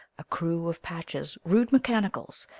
a crew of patches, rude mechanicals,